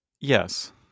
Yes